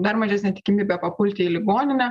dar mažesnė tikimybė papulti į ligoninę